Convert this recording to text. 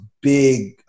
big